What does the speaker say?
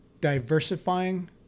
diversifying